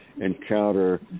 encounter